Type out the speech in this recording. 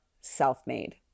self-made